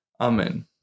amen